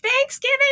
Thanksgiving